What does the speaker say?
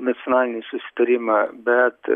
nacionalinį susitarimą bet